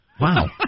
Wow